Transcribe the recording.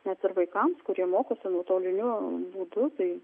net ir vaikams kurie mokosi nuotoliniu būdu tai